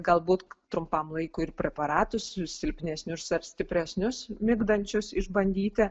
galbūt trumpam laikui ir preparatus silpnesnius ar stipresnius migdančius išbandyti